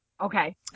Okay